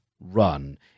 run